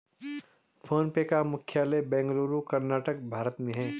phone पे का मुख्यालय बेंगलुरु, कर्नाटक, भारत में है